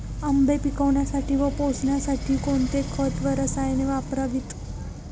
आंबे पिकवण्यासाठी व पोसण्यासाठी कोणते खत व रसायने वापरावीत?